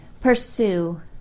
pursue